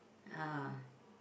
ah